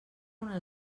una